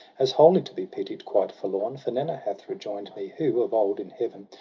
as wholly to be pitied, quite forlorn. for nanna hath rejoin'd me, who, of old, in heaven,